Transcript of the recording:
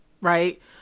Right